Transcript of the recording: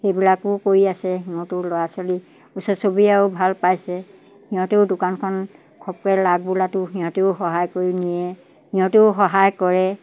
সেইবিলাকো কৰি আছে সিহঁতো ল'ৰা ছোৱালী ওচৰ চুবুৰীয়ায়ো ভাল পাইছে সিহঁতেও দোকানখন ঘপকৈ লাগ বোলাটো সিহঁতেও সহায় কৰি নিয়ে সিহঁতেও সহায় কৰে